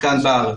כאן בארץ.